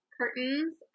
curtains